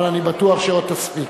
אבל אני בטוח שעוד תספיק.